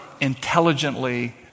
intelligently